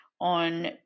on